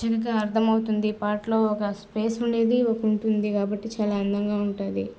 చక్కగా అర్ధం అవుతుంది పాటలో ఒక స్పేస్ ఉండేది ఒకటి ఉంటుంది కాబట్టి చాలా అందంగా ఉంటుంది